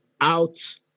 out